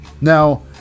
Now